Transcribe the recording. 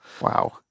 Wow